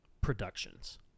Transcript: productions